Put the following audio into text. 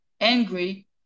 angry